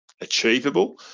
achievable